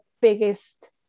biggest